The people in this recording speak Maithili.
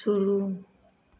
शुरू